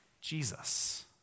Jesus